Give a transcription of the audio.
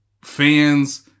fans